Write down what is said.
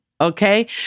Okay